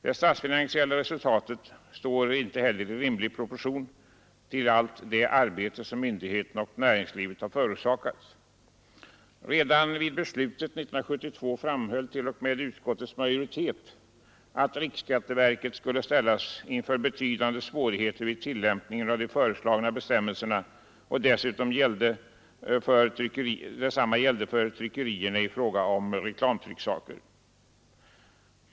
Det statsfinansiella resultatet står icke heller i rimlig proportion till allt det arbete som myndigheterna och näringslivet förorsakas. Redan vid beslutet 1972 framhöll t.o.m. utskottets majoritet att riksskatteverket skulle ställas inför betydande svårigheter vid tillämpningen av de föreslagna bestämmelserna, och detsamma gällde tryckerierna i fråga om reklamtrycksaker.